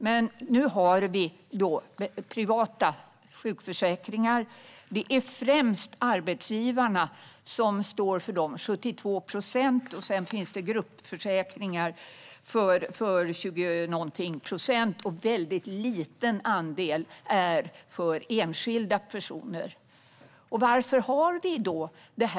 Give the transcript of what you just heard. Men nu har vi privata sjukförsäkringar. Det är främst arbetsgivarna som står för dem. De står för 72 procent. Sedan finns det gruppförsäkringar som utgör lite över 20 procent. Det är en väldigt liten andel som utgörs av enskilda personers försäkringar. Varför har vi då detta?